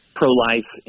pro-life